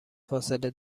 فاصله